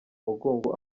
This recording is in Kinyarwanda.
mugongo